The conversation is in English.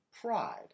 pride